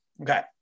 Okay